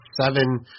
seven